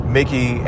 Mickey